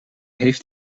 heeft